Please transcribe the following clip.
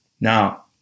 Now